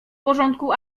porządku